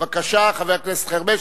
בבקשה, חבר הכנסת חרמש.